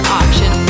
option